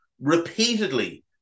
Repeatedly